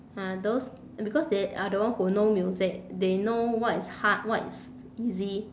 ah those because they are the one who know music they know what is hard what is easy